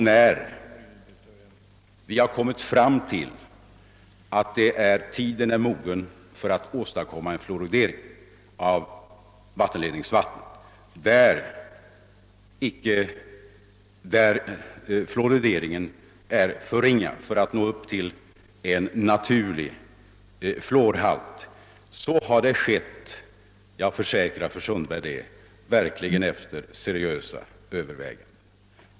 När vi kommit fram till uppfattningen att tiden är mogen för en fluoridering av vattenledningsvattnet, där fluorideringen är alltför ringa för att nå upp till en naturlig fluorhalt, så har det verkligen skett efter seriösa överväganden, det kan jag försäkra fru Sundberg.